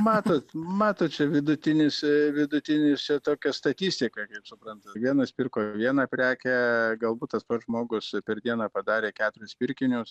matot matot čia vidutinis vidutinis čia tokia statistika kaip suprantu vienas pirko vieną prekę galbūt tas pats žmogus per dieną padarė keturis pirkinius